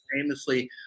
famously